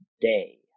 day